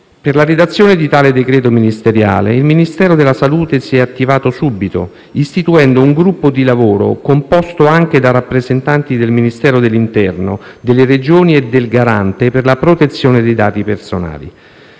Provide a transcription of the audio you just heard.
Per la redazione di tale decreto ministeriale, il Ministero della salute si è attivato subito, istituendo un gruppo di lavoro, composto anche da rappresentanti del Ministero dell'interno, delle Regioni e del Garante per la protezione dei dati personali.